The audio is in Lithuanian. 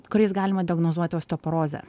kuriais galima diagnozuoti osteoporozę